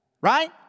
Right